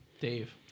Dave